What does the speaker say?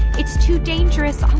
it's too dangerous, i'm